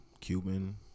Cuban